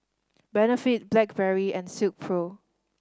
Benefit Blackberry and Silkpro